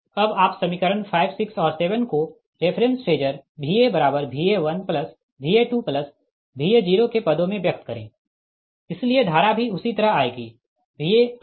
अब आप समीकरण 5 6 और 7 को रेफ़रेंस फेजर VaVa1Va2Va0 के पदों में व्यक्त करे इसलिए धारा भी उसी तरह आएगी VaVa1Va2Va0